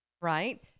right